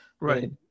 right